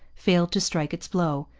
failed to strike its blow,